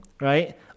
right